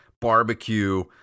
barbecue